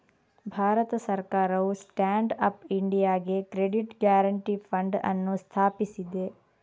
ಭಾರತ ಸರ್ಕಾರವು stand up ಇಂಡಿಯಾಗೆ credit guarantee fund ಅನ್ನು ಸ್ಥಾಪಿಸಿದೆ